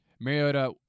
Mariota